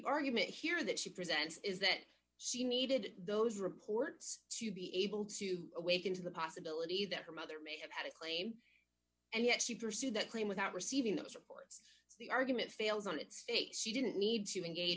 argument here that she presents is that she needed those reports to be able to awaken to the possibility that her mother may have had a claim and yet she pursued that claim without receiving the support so the argument fails on its face she didn't need to engage